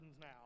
now